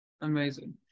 amazing